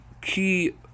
key